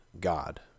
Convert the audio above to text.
God